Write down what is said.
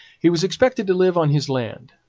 he was expected to live on his land,